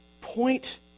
point